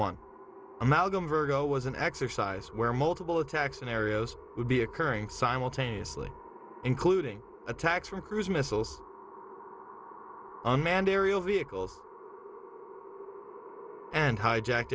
one amalgam virgo was an exercise where multiple attacks in areas would be occurring simultaneously including attacks from cruise missiles unmanned aerial vehicles and hijack